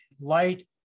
light